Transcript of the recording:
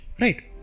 right